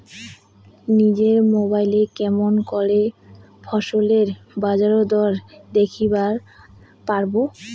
নিজের মোবাইলে কেমন করে ফসলের বাজারদর দেখিবার পারবো?